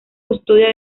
custodia